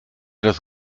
das